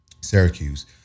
Syracuse